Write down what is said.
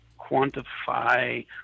quantify